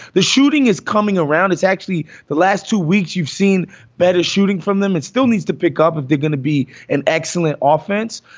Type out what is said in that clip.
the shooting is coming around. it's actually the last two weeks you've seen better shooting from them. it still needs to pick up if they're going to be an excellent offense.